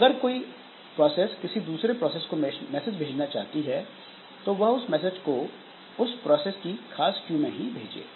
अगर कोई प्रोसेस किसी दूसरे प्रोसेस को मैसेज भेजना चाहती है तो वह उस मैसेज को उस प्रोसेस की खास क्यू में ही भेजें